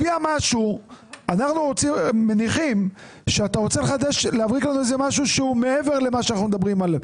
אנחנו מניחים שאתה רוצה להביא משהו שהוא מעבר למה שאנחנו מדברים עליו.